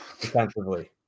defensively